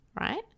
right